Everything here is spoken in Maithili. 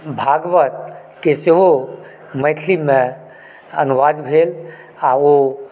भागवतक सेहो मैथिलीमे अनुवाद भेल आ ओ